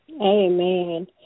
Amen